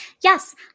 Yes